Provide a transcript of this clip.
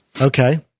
Okay